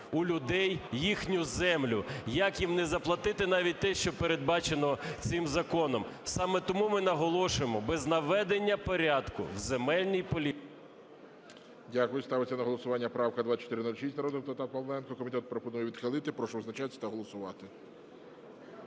у людей їхню землю, як їм не заплатити навіть те, що передбачено цим законом. Саме тому ми наголошуємо: без наведення порядку в земельній…